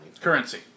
Currency